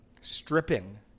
stripping